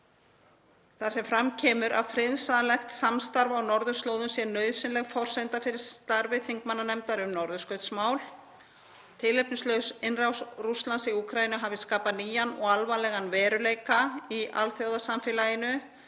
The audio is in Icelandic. þar sem fram kemur að friðsamlegt samstarf á norðurslóðum sé nauðsynleg forsenda fyrir starfi þingmannanefndar um norðurskautsmál. Tilefnislaus innrás Rússlands í Úkraínu hafi skapað nýjan og alvarlegan veruleika í alþjóðasamfélaginu